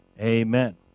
Amen